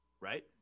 right